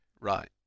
Right